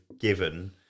given